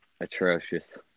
Atrocious